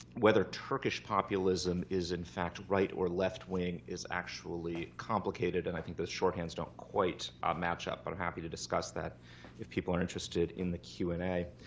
whether turkish populism is in fact right or left wing is actually complicated. and i think those shorthands don't quite match up. but i'm happy to discuss that if people are interested in the q and a.